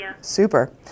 Super